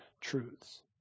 truths